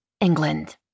England